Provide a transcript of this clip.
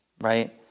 right